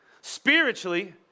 spiritually